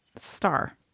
star